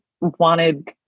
wanted